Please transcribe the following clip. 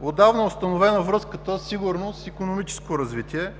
Отдавна е установена връзката сигурност – икономическо развитие.